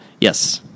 Yes